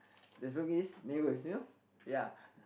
the slogan is neighbours you know ya